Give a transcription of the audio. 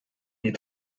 die